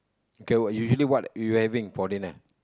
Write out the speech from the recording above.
okay what usually what you having for dinner